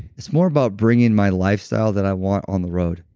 it's more about bringing my lifestyle that i want on the road,